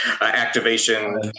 activation